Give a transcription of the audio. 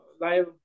live